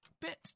Bit